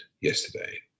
yesterday